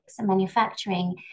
manufacturing